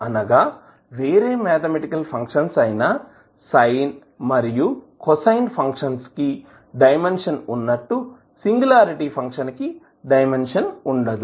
అనగా వేరే mathematical functions అయినా సైన్ మరియు కోసైన్ ఫంక్షన్స్ కి డైమెన్షన్ ఉన్నట్టు సింగులారిటీ ఫంక్షన్ కి డైమెన్షన్ ఉండదు